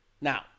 Now